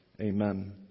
Amen